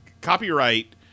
copyright